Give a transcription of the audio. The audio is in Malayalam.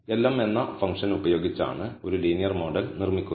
lm എന്ന ഫംഗ്ഷൻ ഉപയോഗിച്ചാണ് ഒരു ലീനിയർ മോഡൽ നിർമ്മിക്കുന്നത്